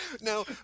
Now